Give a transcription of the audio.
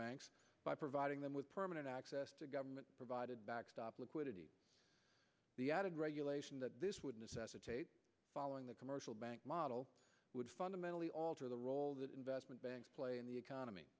banks by providing them with permanent access to government provided backstop liquidity the added regulation that this would necessitate following the commercial bank model would fundamentally alter the role that investment banks play in the economy